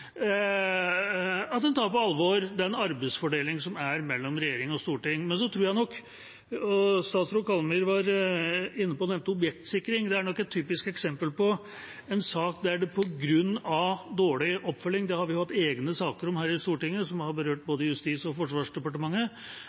Statsråd Kallmyr var inne på objektsikring, og det er nok et typisk eksempel på en sak som løftes fram på grunn av dårlig oppfølging. Det har vi hatt egne saker om her i Stortinget, som har berørt Justis- og Forsvarsdepartementet,